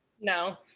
No